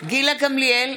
גילה גמליאל,